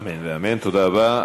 אמן ואמן, תודה רבה.